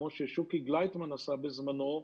כמו ששוקי גלייטמן עשה בזמנו,